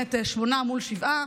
באמת שמונה מול שבעה,